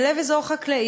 בלב אזור חקלאי,